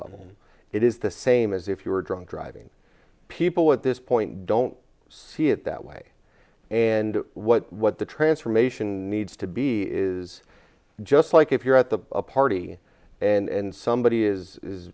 level it is the same as if you were drunk driving people at this point don't see it that way and what what the transformation needs to be is just like if you're at the a party and somebody is